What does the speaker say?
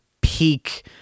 peak